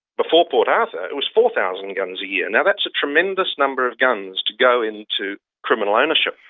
before port arthur it was four thousand guns a year. now, that's a tremendous number of guns to go into criminal ownership.